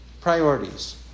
priorities